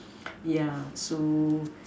yeah so